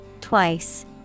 Twice